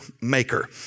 maker